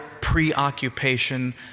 preoccupation